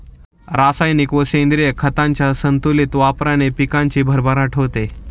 रासायनिक व सेंद्रिय खतांच्या संतुलित वापराने पिकाची भरभराट होते